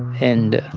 and